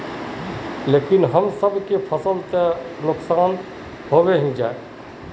लेकिन हम सब के फ़सल तो नुकसान होबे ही जाय?